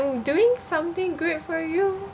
doing something good for you